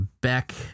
Beck